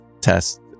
test